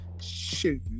Shoot